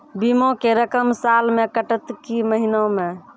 बीमा के रकम साल मे कटत कि महीना मे?